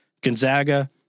Gonzaga